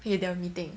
okay they are meeting